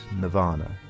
nirvana